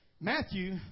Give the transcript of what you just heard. Matthew